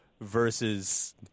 versus